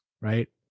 right